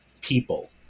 people